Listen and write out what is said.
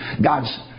God's